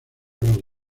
los